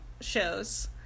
shows